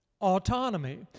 Autonomy